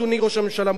אדוני ראש הממשלה,